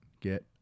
get